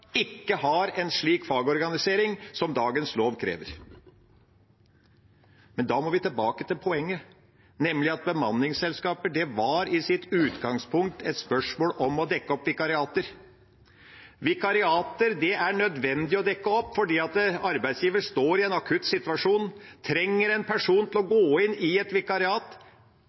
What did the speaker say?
ikke har en slik fagorganisering som dagens lov krever. Men da må vi tilbake til poenget, nemlig at bemanningsselskaper var i sitt utgangspunkt et spørsmål om å dekke opp vikariater. Vikariater er nødvendig å dekke opp fordi arbeidsgiver står i en akutt situasjon, trenger en person til å gå inn i et vikariat,